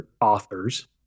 authors